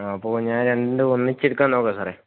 ആ അപ്പോള് ഞാൻ രണ്ടും ഒന്നിച്ചെടുക്കാൻ നോക്കാം സാറേ